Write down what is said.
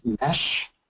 mesh